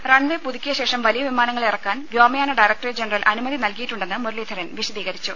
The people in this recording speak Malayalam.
റൺവേ പുതുക്കിയ ശേഷം വലിയ വിമാനങ്ങൾ ഇറക്കാൻ വ്യോമയാന ഡയറക്ടറേറ്റ് ജനറൽ അനുമതി നൽകിയിട്ടുണ്ടെന്ന് മുരളീധരൻ വിശദീകരിച്ചു